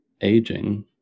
aging